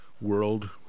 world